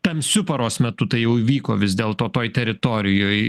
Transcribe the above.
tamsiu paros metu tai jau įvyko vis dėlto toj teritorijoj